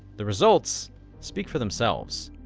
the results speak for themselves,